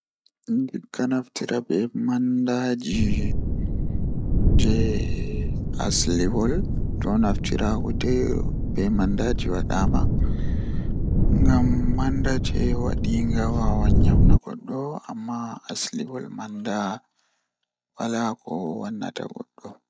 Asaweere jei mi yidi kanjum woni asaweere jei siwtaare mi siwtaa haa nder iyaalu am daa am be baaba am be debbo am be derdiraabe am.